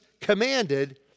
commanded